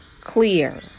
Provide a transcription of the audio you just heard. clear